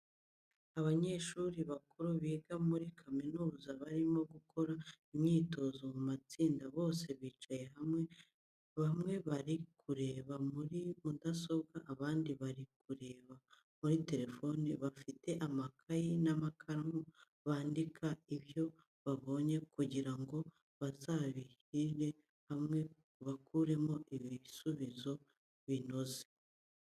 Abanyeshuri bakuru biga muri kaminuza barimo gukora imyitozo mu matsinda bose bicaye hamwe, bamwe bari kureba muri mudasobwa, abandi bari kureba muri telefoni, bafite amakayi n'amakaramu bandika ibyo babonye kugira ngo bazabihurize hamwe bakuremo ibisubizo binoze.